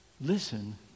Listen